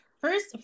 First